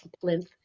plinth